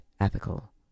ethical